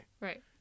Right